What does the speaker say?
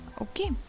Okay